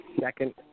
second